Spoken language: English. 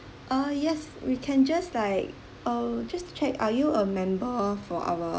uh yes we can just like oh just to check are you a member for our